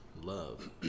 love